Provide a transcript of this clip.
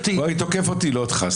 תוקף אותי, לא אותך.